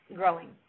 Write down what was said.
growing